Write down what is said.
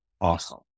awesome